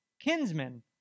kinsmen